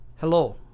Hello